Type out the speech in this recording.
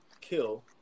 kill